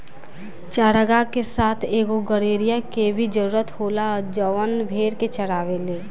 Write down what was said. चारागाह के साथ एगो गड़ेड़िया के भी जरूरत होला जवन भेड़ के चढ़ावे